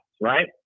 right